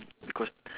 because